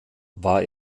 war